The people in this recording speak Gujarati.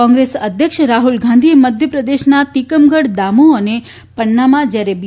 કોંગ્રેસ અધ્યક્ષ રાહુલ ગાંધીએ મધ્યપ્રદેશના તિકમગઢ દામોહ તથા પન્નામાં જ્યારે બી